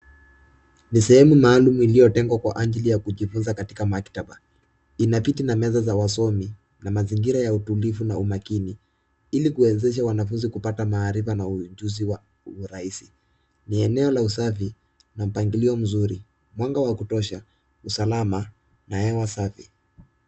Ni sehemu maalumu iliyotengwa kwa ajili ya kujifunza katika maktaba. Ina viti na meza ya wasomi na mazingira ya umakini na utulivu ili kuwezesha wanafunzi kupata maarifa na ujuzi kwa urahisi. Ni eneo la usafi na mpangilio mzuri, mwanga wa kutosha, usalama na hewa safi.